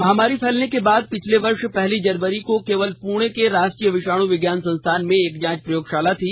महामारी फैलने के बाद पिछले वर्ष पहली जनवरी को केवल पुणे के राष्ट्रीय विषाणु विज्ञान संस्थान में एक जांच प्रयोगशाला थी